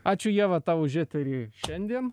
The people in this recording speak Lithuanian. ačiū ieva tau už eterį šiandien